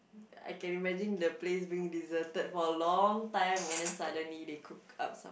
I can imagine the place being deserted for a long time and then suddenly they cook up some~